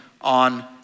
on